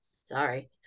Sorry